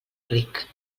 ric